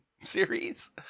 series